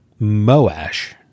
Moash